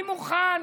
אני מוכן